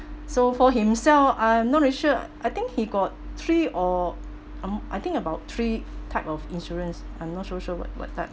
so for himself uh not really sure I think he got three or um I think about three type of insurance I'm not so sure what what that